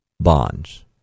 bonds